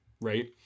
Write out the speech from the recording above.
right